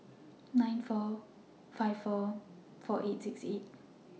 nine four five four four eight six eight